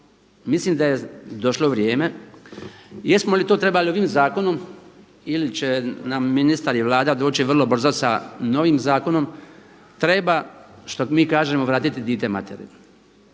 mislim da je došlo vrijeme jesmo li to trebali ovim zakonom ili će nam ministar i Vlada doći vrlo brzo sa novim zakonom, treba što mi kažemo vratiti dijete materi.